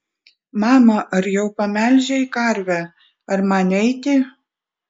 mama ar jau pamelžei karvę ar man eiti